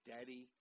Daddy